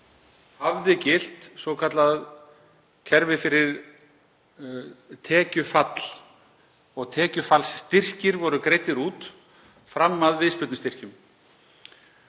hafði gilt svokallað kerfi fyrir tekjufall. Tekjufallsstyrkir voru greiddir út fram að viðspyrnustyrkjum.